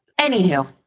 Anywho